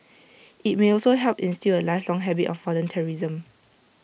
IT may also help instil A lifelong habit of volunteerism